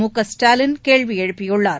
முகஸ்டாலின் கேள்வி எழுப்பியுள்ளார்